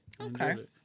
Okay